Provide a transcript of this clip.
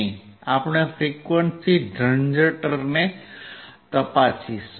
આપણે frequency generator તપાસીશું